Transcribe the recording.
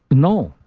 no,